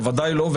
בוודאי לא.